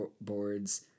boards